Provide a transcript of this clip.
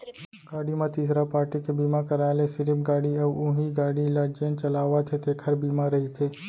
गाड़ी म तीसरा पारटी के बीमा कराय ले सिरिफ गाड़ी अउ उहीं गाड़ी ल जेन चलावत हे तेखर बीमा रहिथे